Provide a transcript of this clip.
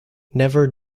never